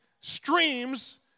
streams